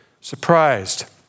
surprised